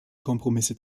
kompromisse